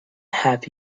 have